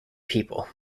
people